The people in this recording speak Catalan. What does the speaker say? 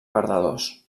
perdedors